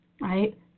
right